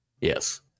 Yes